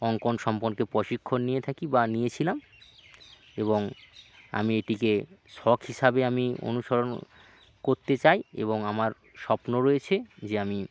অঙ্কন সম্পর্কে পশিক্ষণ নিয়ে থাকি বা নিয়েছিলাম এবং আমি এটিকে শখ হিসাবে আমি অনুসরণ করতে চাই এবং আমার স্বপ্ন রয়েছে যে আমি